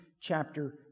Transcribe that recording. chapter